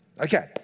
Okay